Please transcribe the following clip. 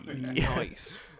Nice